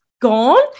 gone